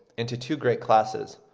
into two great classes,